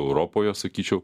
europoje sakyčiau